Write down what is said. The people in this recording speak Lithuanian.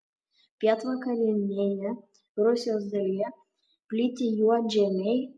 pietvakarinėje rusijos dalyje plyti juodžemiai